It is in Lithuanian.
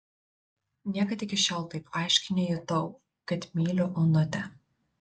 niekad iki šiol taip aiškiai nejutau kad myliu onutę